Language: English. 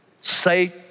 say